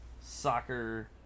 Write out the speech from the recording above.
soccer